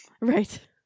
Right